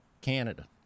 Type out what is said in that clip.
canada